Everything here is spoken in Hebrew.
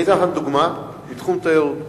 אתן לכם דוגמה מתחום התיירות.